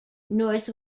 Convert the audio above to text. north